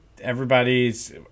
everybody's